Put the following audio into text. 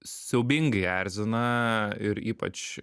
siaubingai erzina ir ypač